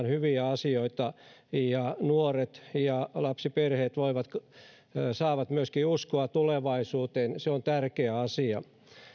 hyviä asioita tulevaisuuteen nimenomaan lapsiperheille nuoret ja lapsiperheet saavat myöskin uskoa tulevaisuuteen se on tärkeä asia